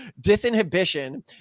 disinhibition